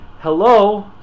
Hello